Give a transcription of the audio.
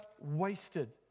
wasted